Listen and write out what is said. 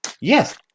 Yes